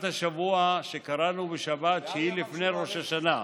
השבוע שקראנו בשבת שהיא לפני ראש השנה,